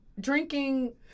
drinking